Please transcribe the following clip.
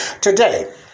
Today